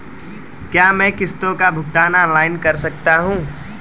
क्या मैं किश्तों का भुगतान ऑनलाइन कर सकता हूँ?